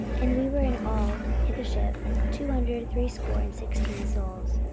and we were in all in the ship two hundred threescore and sixteen souls.